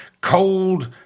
Cold